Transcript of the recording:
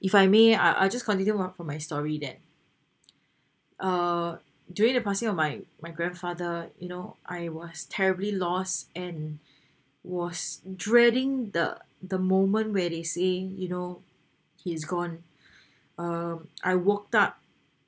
if I may I I just continue for for my story that uh during the passing of my my grandfather you know I was terribly lost and was dreading the the moment where they say you know he is gone uh I woke up